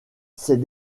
ces